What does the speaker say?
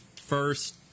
first